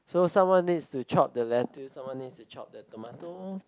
so someone need to chop the lettuce someone need to chop the tomato